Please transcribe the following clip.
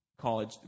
college